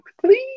please